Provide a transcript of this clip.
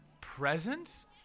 presents